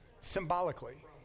Symbolically